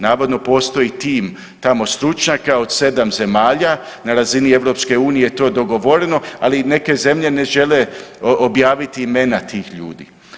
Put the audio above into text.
Navodno postoji tim, tamo stručnjaka, od 7 zemalja na razini EU, to je dogovoreno, ali neke zemlje ne žele objaviti imena tih ljudi.